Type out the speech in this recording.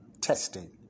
testing